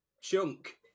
Chunk